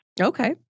Okay